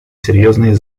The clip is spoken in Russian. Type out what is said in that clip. серьезные